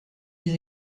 dix